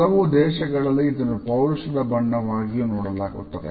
ಹಲವು ದೇಶಗಳಲ್ಲಿ ಇದನ್ನು ಪೌರುಷದ ಬಣ್ಣವಾಗಿಯೂ ನೋಡಲಾಗುತ್ತದೆ